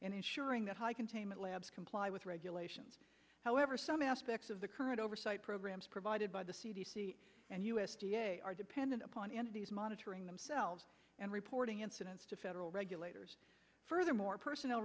and ensuring that high containment labs comply with regulations however some aspects of the current oversight programs provided by the c d c and u s d a are dependent upon entities monitoring themselves and reporting incidents to federal regulators furthermore personnel